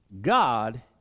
God